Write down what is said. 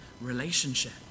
relationship